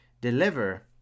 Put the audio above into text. deliver